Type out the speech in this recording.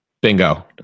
bingo